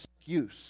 excuse